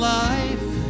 life